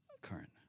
Current